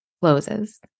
closes